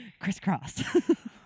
Crisscross